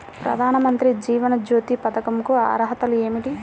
ప్రధాన మంత్రి జీవన జ్యోతి పథకంకు అర్హతలు ఏమిటి?